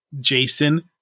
Jason